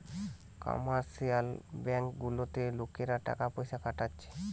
commercial bank গুলাতে লোকরা টাকা পয়সা খাটাচ্ছে